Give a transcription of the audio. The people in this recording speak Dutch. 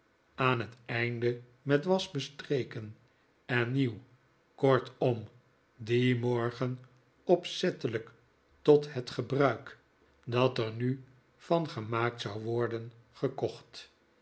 aan het einde met was bestreken en nieuw kortom dien morgen opzettelijk tot het gebruik dat er nu van gemaakt zou worden gekocht